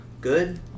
Good